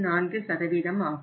24 ஆகும்